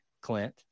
Clint